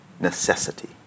necessity